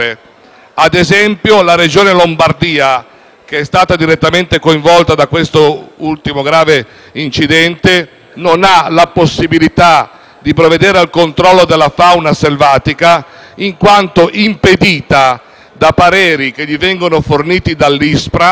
ad esempio - che è stata direttamente coinvolta da questo ultimo grave incidente, non ha la possibilità di provvedere al controllo della fauna selvatica, in quanto impedita da pareri che gli vengono forniti dall'Istituto